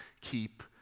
keep